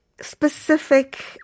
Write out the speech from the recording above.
specific